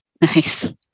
Nice